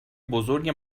بزرگ